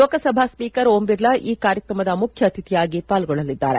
Lok Sabha speaker Om Birla ಈ ಕಾರ್ಯತ್ರಮದ ಮುಖ್ಯ ಅತಿಥಿಯಾಗಿ ಪಾಲ್ಗೊಳ್ಳಲಿದ್ದಾರೆ